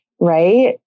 right